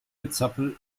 gezappel